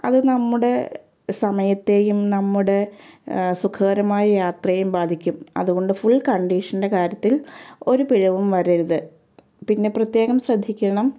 അത് നമ്മുടെ സമയത്തെയും നമ്മുടെ സുഖകരമായ യാത്രയേയും ബാധിക്കും അതുകൊണ്ട് ഫുൾ കണ്ടീഷൻ്റെ കാര്യത്തിൽ ഒരു പിഴവും വരരുത് പിന്നെ പ്രത്യേകം ശ്രദ്ധിക്കണം